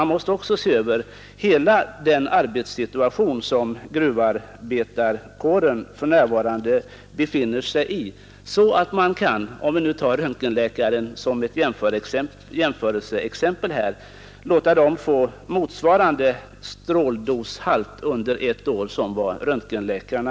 Man måste se över hela den arbetssituation som gruvarbetarkåren för närvarande befinner sig i, så att man kan, för att ta röntgenläkarnas förhållanden som jämförelseexempel, se till att gruvarbetarna får högst den stråldoshalt under ett år som nu medges för röntgenläkarna.